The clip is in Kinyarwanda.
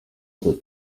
gatatu